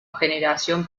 generación